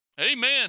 Amen